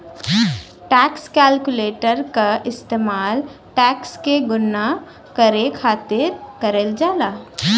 tax calculator क इस्तेमाल tax क गणना करे खातिर करल जाला